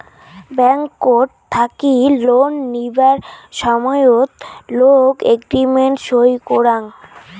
ব্যাংকট থাকি লোন নিবার সময়ত লোক এগ্রিমেন্ট সই করাং